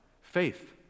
Faith